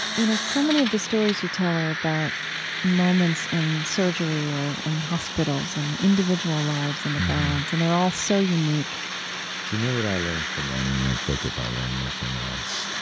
you know, so many of the stories you tell are about moments in surgery or in hospitals and individual lives in the balance, and they're all so unique do you know what i learned from writing that book, if i learned nothing else?